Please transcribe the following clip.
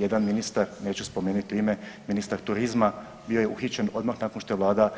Jedan ministar, neću spomenuti ime, ministar turizma bio je uhićen odmah nakon što je vlada